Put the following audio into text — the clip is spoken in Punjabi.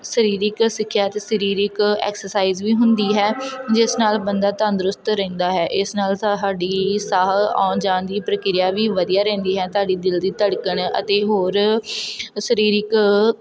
ਸਰੀਰਕ ਸਿੱਖਿਆ ਅਤੇ ਸਰੀਰਕ ਐਕਸਰਸਾਈਜ਼ ਵੀ ਹੁੰਦੀ ਹੈ ਜਿਸ ਨਾਲ ਬੰਦਾ ਤੰਦਰੁਸਤ ਰਹਿੰਦਾ ਹੈ ਇਸ ਨਾਲ ਸਾਡੀ ਸਾਹ ਆਉਣ ਜਾਣ ਦੀ ਪ੍ਰਕਿਰਿਆ ਵੀ ਵਧੀਆ ਰਹਿੰਦੀ ਹੈ ਸਾਡੀ ਦਿਲ ਦੀ ਧੜਕਣ ਅਤੇ ਹੋਰ ਸਰੀਰਕ